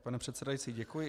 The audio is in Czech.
Pane předsedající, děkuji.